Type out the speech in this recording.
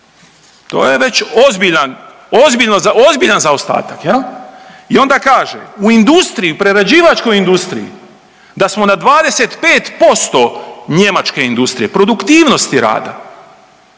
To je već ozbiljan zaostatak. I onda kaže: „U industriji, u prerađivačkoj industriji da smo na 25% njemačke industrije produktivnosti rada.“